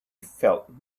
felt